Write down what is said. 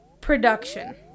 production